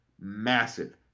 massive